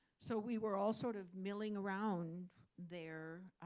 so we were all sort of milling around there.